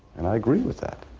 and i agree with that.